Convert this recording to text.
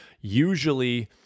Usually